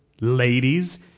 Ladies